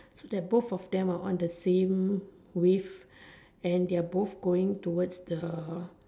so the both of them are on the same wave and they're both going towards the